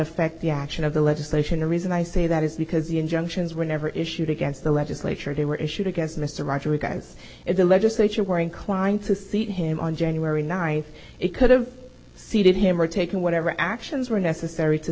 affect the action of the legislation the reason i say that is because the injunctions were never issued against the legislature they were issued against mr roger guys in the legislature were inclined to seat him on january ninth it could have seated him or taken whatever actions were necessary to